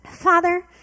Father